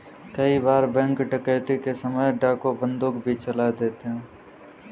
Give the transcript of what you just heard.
कई बार बैंक डकैती के समय डाकू बंदूक भी चला देते हैं